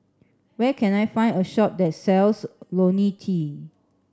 where can I find a shop that sells Lonil T